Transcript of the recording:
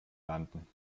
landen